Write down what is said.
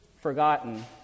forgotten